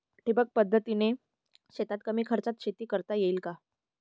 ठिबक पद्धतीने शेतात कमी खर्चात शेती करता येईल का?